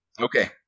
okay